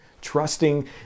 Trusting